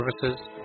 services